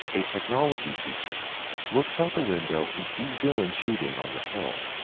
a technology teacher looks out the window and sees dylan shooting on the hill.